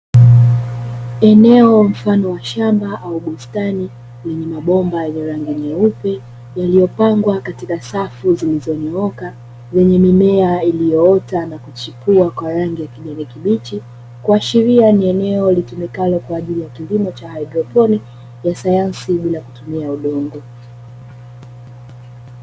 Eneo mfano wa shamba au bustani lenye mabomba yenye rangi nyeupe, yaliyopangwa katika safu zilizonyooka lenye mimea iliyoota na kuchipua kwa rangi ya kijani kibichi, kuashiria ni eneo litumikalo kwajili ya kilimo cha haidroponi ya sayansi bila kutumia udongo.